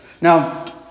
Now